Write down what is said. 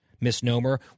misnomer